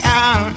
out